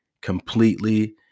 completely